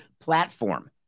platform